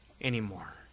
anymore